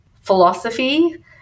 philosophy